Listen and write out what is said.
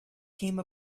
came